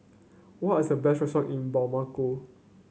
what are the best restaurant in Bamako